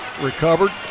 recovered